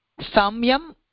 Samyam